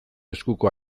eskuko